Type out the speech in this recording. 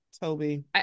Toby